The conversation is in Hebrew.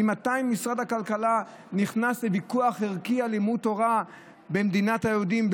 ממתי משרד הכלכלה נכנס לוויכוח ערכי על לימוד תורה במדינת היהודים,